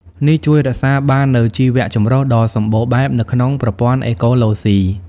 នេះជួយរក្សាបាននូវ ជីវចម្រុះ ដ៏សម្បូរបែបនៅក្នុងប្រព័ន្ធអេកូឡូស៊ី។